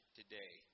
today